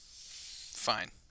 Fine